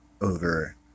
over